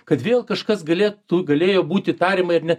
kad vėl kažkas galėtų galėjo būti tariamai ar ne